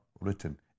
written